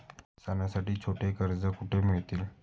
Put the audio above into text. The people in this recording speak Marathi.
सणांसाठी छोटी कर्जे कुठे मिळतील?